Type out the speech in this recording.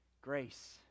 Grace